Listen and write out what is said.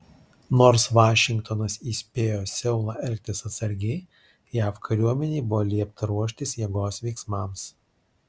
nors vašingtonas įspėjo seulą elgtis atsargiai jav kariuomenei buvo liepta ruoštis jėgos veiksmams